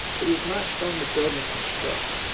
but he was not strong to build and con struct.